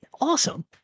Awesome